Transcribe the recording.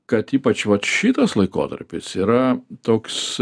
kad ypač vat šitas laikotarpis yra toks